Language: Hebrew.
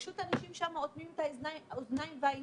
אנשים שם אוטמים את האוזניים ועוצמים